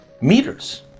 meters